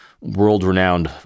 world-renowned